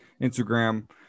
Instagram